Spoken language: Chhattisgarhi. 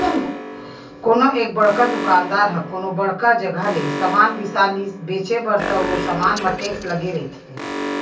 कोनो एक बड़का दुकानदार ह कोनो बड़का जघा ले समान बिसा लिस बेंचे बर त ओ समान म टेक्स लगे रहिथे